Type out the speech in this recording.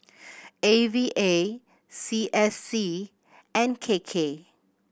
A V A C S C and K K